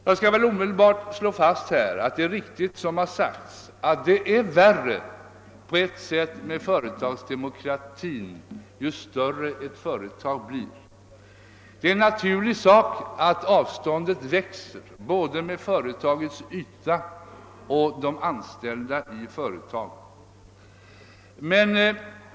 : Jag skall omedelbart slå fast att de är riktigt, som det har sagts, att det på eit sätt är svårare med företagsdemokrati ju större ett företag blir. Det är en naturlig sak att avståndet mellan företagsledningen och de anställda växer både med företagets yta och an talet anställda i företaget.